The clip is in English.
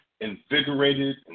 invigorated